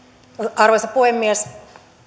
arvoisa puhemies